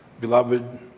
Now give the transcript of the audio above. Beloved